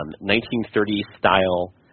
1930s-style